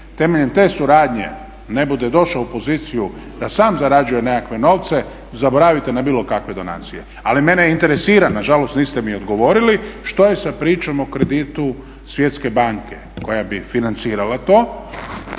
temeljem te suradnje ne bude došao u poziciju da sam zarađuje nekakve novce zaboravite na bilo kakve donacije. Ali mene interesira, nažalost niste mi odgovorili, što je sa pričom o kreditu Svjetske banke koja bi financirala to?